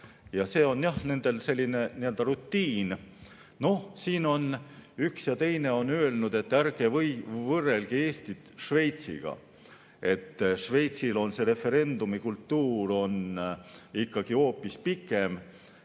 See on jah neil selline rutiin. Noh, siin on üks ja teine öelnud, et ärge võrrelge Eestit Šveitsiga, sest Šveitsil on referendumikultuur ikkagi hoopis pikem.